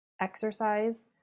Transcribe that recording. exercise